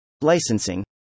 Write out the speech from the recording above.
Licensing